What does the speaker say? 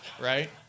right